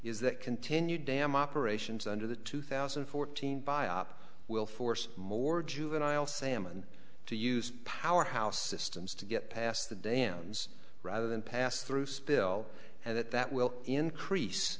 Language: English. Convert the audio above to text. is that continued dam operations under the two thousand and fourteen buy up will force more juvenile salmon to use powerhouse systems to get past the dams rather than pass through spill and that that will increase